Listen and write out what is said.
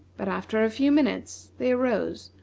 but after a few minutes, they arose,